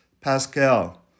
Pascal